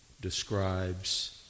describes